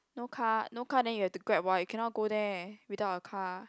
no car no car then you have to Grab what you cannot go there without a car